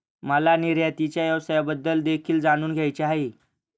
मला निर्यातीच्या व्यवसायाबद्दल देखील जाणून घ्यायचे आहे